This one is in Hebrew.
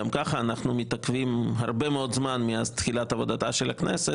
גם ככה אנחנו מתעכבים הרבה מאוד זמן מאז תחילת עבודתה של הכנסת,